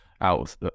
out